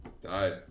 died